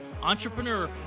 entrepreneur